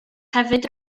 hefyd